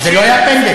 זה לא היה פנדל.